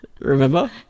Remember